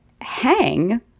hang